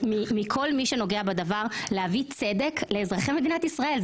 מכל מי שנוגע בדבר להביא צדק לאזרחי מדינת ישראל.